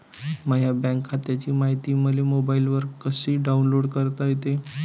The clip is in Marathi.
माह्या बँक खात्याची मायती मले मोबाईलवर कसी डाऊनलोड करता येते?